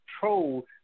control